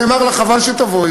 נאמר לה: חבל שתבואי,